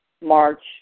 March